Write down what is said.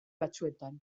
batzuetan